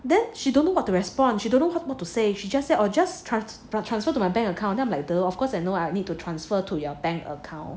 then she don't know what to response you don't know what to say she just said or just trust for trans~ transfer to my bank account then I'm like the of course I know I need to transfer to your bank account